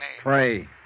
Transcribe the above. Pray